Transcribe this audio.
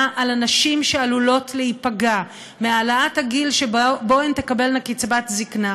על הנשים שעלולות להיפגע מהעלאת הגיל שבו הן תקבלנה קצבת זקנה,